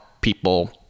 people